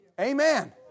Amen